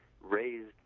raised